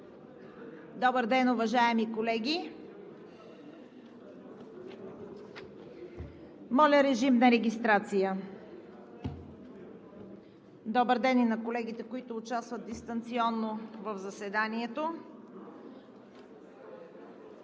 Добър ден, уважаеми колеги! Моля, режим на регистрация. Добър ден и на колегите, които участват дистанционно в заседанието!